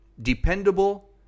dependable